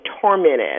tormented